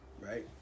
right